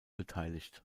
beteiligt